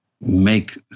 make